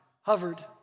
hovered